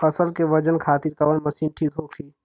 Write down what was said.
फसल के वजन खातिर कवन मशीन ठीक होखि?